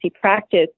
practice